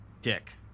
dick